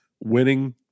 winning